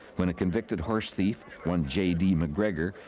when a convicted horse thief, one j d. mcgregor,